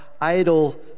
idle